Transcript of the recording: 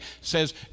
says